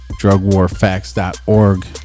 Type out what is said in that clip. drugwarfacts.org